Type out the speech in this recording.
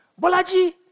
Bolaji